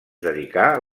dedicar